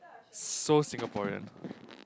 so Singaporean